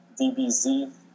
DBZ